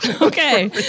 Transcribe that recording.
Okay